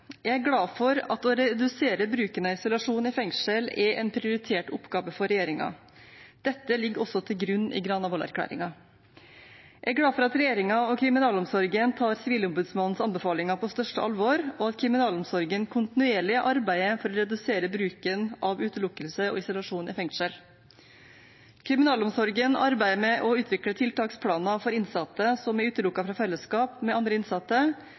Jeg er glad for at å redusere bruken av isolasjon i fengsel er en prioritert oppgave for regjeringen. Dette ligger også til grunn i Granavolden-plattformen. Jeg er glad for at regjeringen og kriminalomsorgen tar Sivilombudsmannens anbefalinger på største alvor, og at kriminalomsorgen kontinuerlig arbeider for å redusere bruken av utelukkelse og isolasjon i fengsel. Kriminalomsorgen arbeider med å utvikle tiltaksplaner for innsatte som er utelukket fra fellesskap med andre innsatte,